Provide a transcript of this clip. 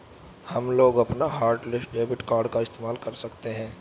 हमलोग अपना hotlist debit card का इस्तेमाल कर सकते हैं